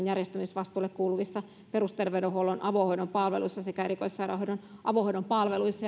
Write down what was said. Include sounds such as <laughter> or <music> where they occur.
<unintelligible> järjestämisvastuulle kuuluvissa perusterveydenhuollon avohoidon palveluissa sekä erikoissairaanhoidon avohoidon palveluissa <unintelligible>